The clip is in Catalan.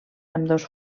ambdós